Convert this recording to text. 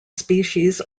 species